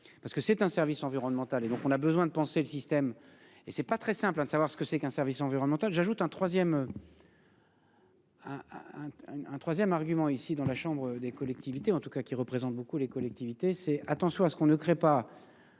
Parce que c'est un service environnemental et donc on a besoin de penser le système et c'est pas très simple hein de savoir ce que c'est qu'un service environnemental. J'ajoute un. Un, un 3ème argument ici dans la chambre des collectivités en tout cas qui représente beaucoup les collectivités c'est attention à ce qu'on ne crée pas.